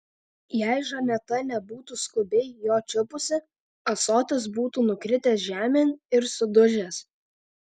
jei žaneta nebūtų skubiai jo čiupusi ąsotis būtų nukritęs žemėn ir sudužęs